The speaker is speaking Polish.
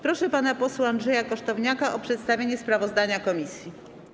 Proszę pana posła Andrzeja Kosztowniaka o przedstawienie sprawozdania komisji.